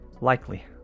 likely